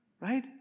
right